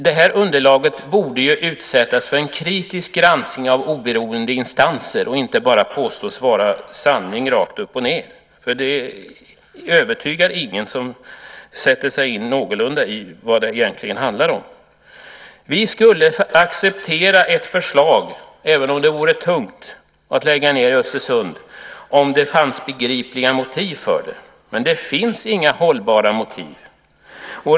Det här underlaget borde utsättas för en kritisk granskning av oberoende instanser, och inte bara påstås vara sanning rakt upp och ned. Det övertygar ingen som sätter sig någorlunda in i vad det egentligen handlar om. Även om det vore tungt skulle vi acceptera ett förslag om att lägga ned i Östersund om det fanns begripliga motiv för det, men det finns inga hållbara motiv.